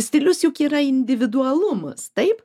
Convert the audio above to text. stilius juk yra individualumas taip